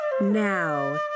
Now